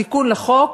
התיקון לחוק